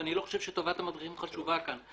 ואני לא חושב שטובת המדריכים חשובה כאן.